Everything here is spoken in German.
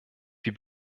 wir